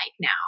now